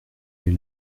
est